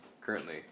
Currently